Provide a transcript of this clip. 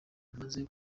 amaze